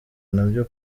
nabyo